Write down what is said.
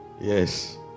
Yes